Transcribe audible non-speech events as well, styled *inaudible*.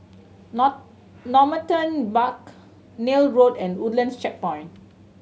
*unintelligible* Normanton Park Neil Road and Woodlands Checkpoint